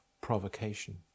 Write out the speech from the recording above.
provocation